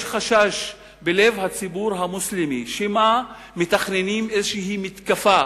יש חשש בלב הציבור המוסלמי שמא מתכננים איזו מתקפה,